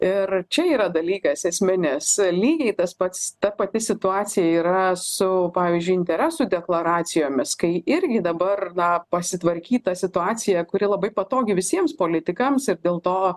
ir čia yra dalykas esminis lygiai tas pats ta pati situacija yra su pavyzdžiui interesų deklaracijomis kai irgi dabar na pasitvarkyt tą situaciją kuri labai patogi visiems politikams ir dėl to